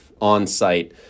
on-site